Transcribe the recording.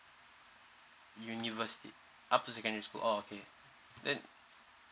university up to secondary school orh okay then